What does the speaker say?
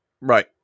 Right